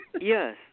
Yes